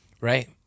right